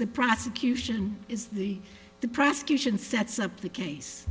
the prosecution is the the prosecution sets up the case